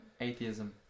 Atheism